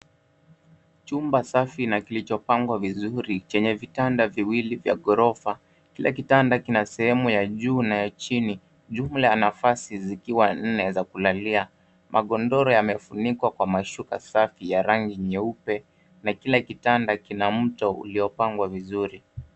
Chumba safi na kilichopangwa vizuri chenye vitanda viwili vya ghorofa. Kila kitanda kina sehemu ya juu na ya chini, jumla nafasi zikiwa nne za kulalia. Magodoro yamefunikwa kwa mashuka safi ya rangi nyeupe na kila kitanda kina mto uliopangwa vizuri.